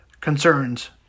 concerns